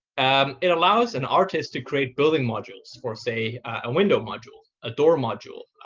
um it allows an artist to create building modules or, say, a window module, a door module,